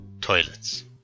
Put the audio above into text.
toilets